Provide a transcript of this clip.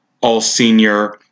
all-senior